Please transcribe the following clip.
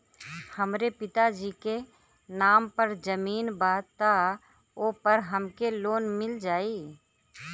हमरे पिता जी के नाम पर जमीन बा त ओपर हमके लोन मिल जाई?